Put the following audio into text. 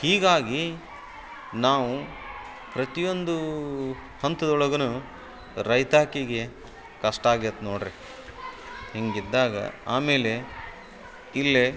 ಹೀಗಾಗಿ ನಾವು ಪ್ರತಿಯೊಂದು ಹಂತದೊಳಗೂನು ರೈತಾಪಿಗೆ ಕಷ್ಟ ಆಗತ್ತೆ ನೋಡಿರಿ ಹೀಗಿದ್ದಾಗ ಆಮೇಲೆ ಇಲ್ಲಿ